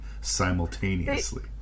simultaneously